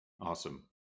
Awesome